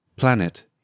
Planet